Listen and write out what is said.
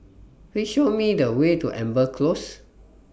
Please Show Me The Way to Amber Close